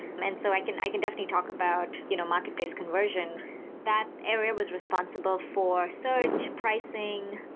and so i can i can definitely talk about you know marketplace conversion that area was responsible for search, pricing,